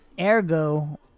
ergo